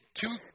two